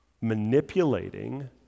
Manipulating